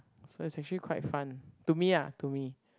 so is actually quite fun to me ah to me